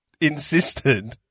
insisted